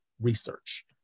research